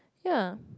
ya